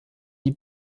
die